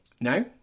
now